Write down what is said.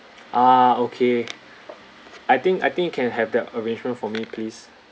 ah okay I think I think can have that arrangement for me please